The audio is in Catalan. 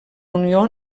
unió